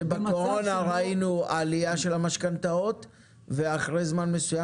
שבקורונה ראינו עליה של המשכנתאות ואחרי זמן מסויים,